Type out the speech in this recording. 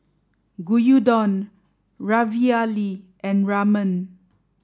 Gyudon Ravioli and Ramen